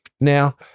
Now